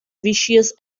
vicious